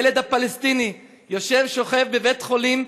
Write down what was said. הילד הפלסטיני שוכב בבית-חולים,